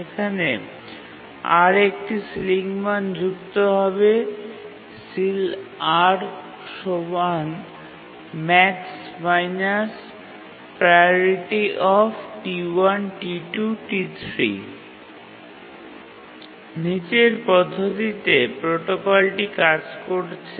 সেখানে R একটি ceiling মান যুক্ত হবে Ceilmax−prioT1T2T3 নীচের পদ্ধতিতে প্রোটোকলটি কাজ করছে